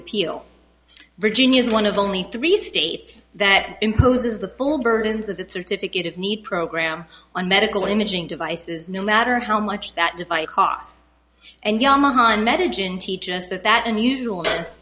appeal virginia's one of only three states that imposes the full burdens of that certificate of need program on medical imaging devices no matter how much that defy costs and yamaha on medication teaches that that unusual this